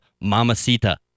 Mamacita